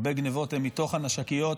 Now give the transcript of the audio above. הרבה גנבות הן מתוך הנשקיות,